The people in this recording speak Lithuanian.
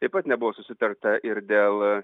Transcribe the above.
taip pat nebuvo susitarta ir dėl